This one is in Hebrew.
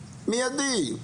מידי,